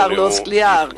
קרלוס סקליאר,